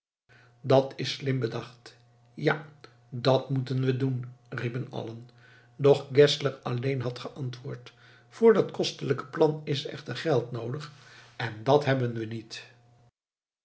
dat is slim bedacht ja dat moeten we doen riepen allen doch geszler alleen had geantwoord voor dat kostelijke plan is echter geld noodig en dat hebben we niet